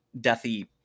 deathy